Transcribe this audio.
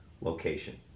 location